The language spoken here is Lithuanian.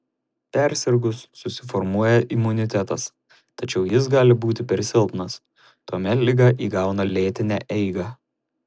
persirgus susiformuoja imunitetas tačiau jis gali būti per silpnas tuomet liga įgauna lėtinę eigą